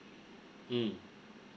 mm